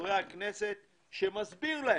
חברי הכנסת מסביר מה